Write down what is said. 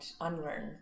unlearn